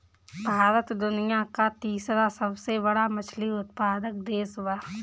भारत दुनिया का तीसरा सबसे बड़ा मछली उत्पादक देश बा